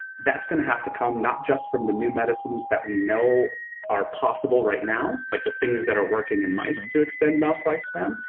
that's gonna have to come not just from the new medicines that we know are possible right now, like the things that are working in mice to extend mouse lives now,